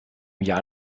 jahr